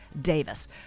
Davis